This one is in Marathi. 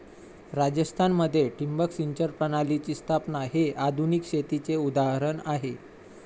राजस्थान मध्ये ठिबक सिंचन प्रणालीची स्थापना हे आधुनिक शेतीचे उदाहरण आहे